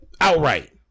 Outright